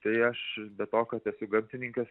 tai aš be to kad esu gamtininkas